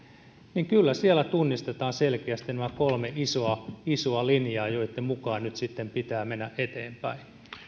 niin kyllä siellä tunnistetaan selkeästi nämä kolme isoa isoa linjaa joitten mukaan nyt sitten pitää mennä eteenpäin